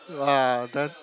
ya then